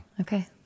Okay